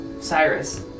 Cyrus